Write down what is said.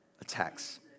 attacks